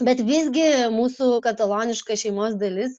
bet visgi mūsų kataloniška šeimos dalis